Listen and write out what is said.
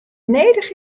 nedich